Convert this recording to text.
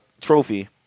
trophy